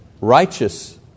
Righteous